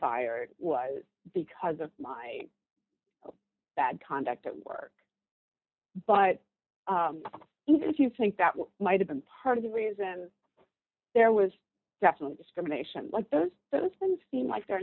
fired was because of my bad conduct at work but even if you think that might have been part of the reason there was definitely discrimination like this that's been seen like they're